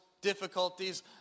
difficulties